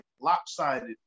lopsided